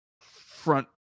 front